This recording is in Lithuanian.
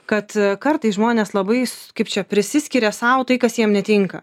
kad kartais žmonės labai s kaip čia prisiskiria sau tai kas jiem netinka